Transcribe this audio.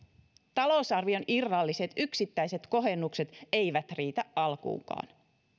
talousarvion irralliset yksittäiset kohennukset eivät riitä alkuunkaan